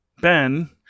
Ben